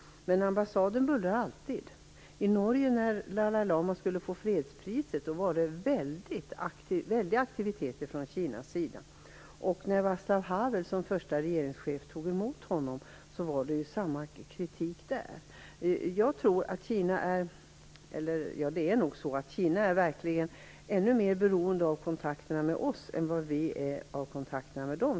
Ambassaden bullrar alltid. I Norge, där Dalai lama skulle ta emot fredspriset, var det väldiga aktiviteter från Kinas sida. När Vaclav Havel, som första regeringschef, tog emot honom var kritiken densamma. Kina är verkligen mer beroende av kontakterna med oss än vad vi är av kontakterna med dem.